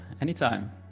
Anytime